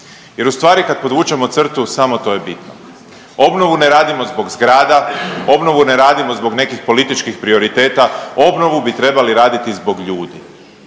jer ustvari kad podvučemo crtu samo to je bitno. Obnovu ne radimo zbog zgrada, obnovu ne radimo zbog nekih političkih prioriteta, obnovu bi trebali raditi zbog ljudi.